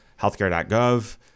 healthcare.gov